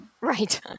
Right